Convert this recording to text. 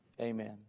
Amen